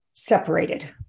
Separated